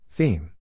Theme